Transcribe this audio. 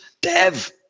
dev